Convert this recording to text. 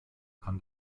kann